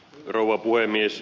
rouva puhemies